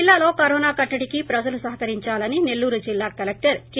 జిల్లాలో కరోనాను కట్టడికి ప్రజలు సహకరించాలని సెల్లూరు జిల్లా కలెక్టర్ కె